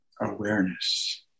awareness